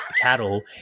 cattle